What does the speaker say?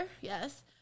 Yes